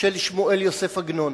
של שמואל יוסף עגנון.